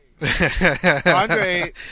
Andre